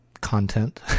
content